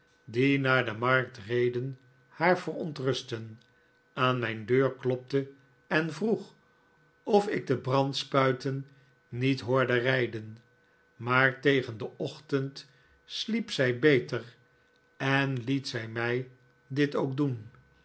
die naar de markt reden haar verontrustte aan mijn deur klopte en vroeg of ik de brandspuiten niet hoorde rijden maar tegen den ochtend sliep zij beter en liet zij mij dit ook doen